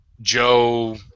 Joe